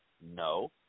No